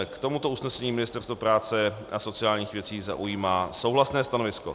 K tomuto usnesení Ministerstvo práce a sociálních věcí zaujímá souhlasné stanovisko.